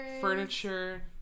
furniture